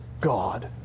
God